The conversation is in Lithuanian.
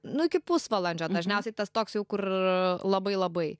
nu iki pusvalandžio dažniausiai tas toks jau kur labai labai